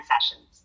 Sessions